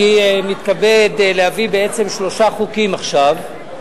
אני מתכבד להביא בעצם שלושה חוקים עכשיו,